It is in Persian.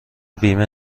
بیمه